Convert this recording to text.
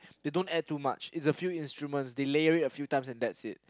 they don't add too much they layer a few times and that's it